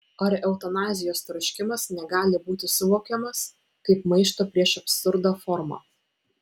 ar eutanazijos troškimas negali būti suvokiamas kaip maišto prieš absurdą forma